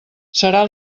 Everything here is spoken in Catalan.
serà